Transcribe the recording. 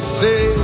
say